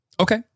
Okay